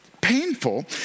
painful